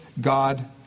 God